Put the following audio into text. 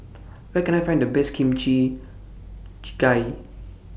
Where Can I Find The Best Kimchi Jjigae